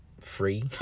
free